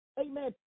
Amen